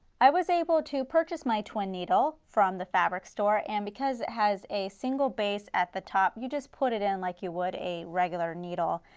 i was able to purchase my twin needle from the fabric store and because it has a single base at the top, you just put it in like you would a regular needle.